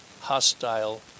hostile